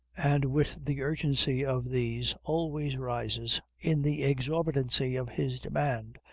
and with the urgency of these always rises in the exorbitancy of his demand,